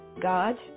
God